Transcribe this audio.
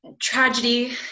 tragedy